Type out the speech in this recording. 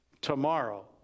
tomorrow